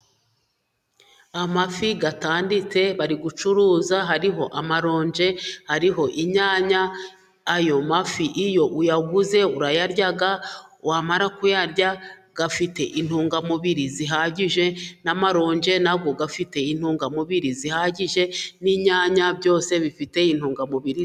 Amafi atanditse bari gucuruza, hariho amaronji, hariho inyanya, ayo mafi iyo uyaguze urayarya wamara kuyarya afite intungamubiri zihagije, n'amaronji na yo afite intungamubiri zihagije, n'inyanya byose bifite intungamubiri....